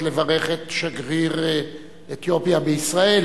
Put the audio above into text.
לברך את שגריר אתיופיה בישראל,